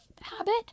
habit